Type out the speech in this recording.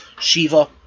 Shiva